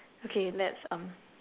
okay let's um